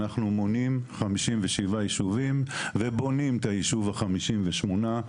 אנחנו מונים 57 יישובים ובונים את היישוב ה-58.